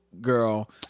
girl